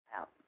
out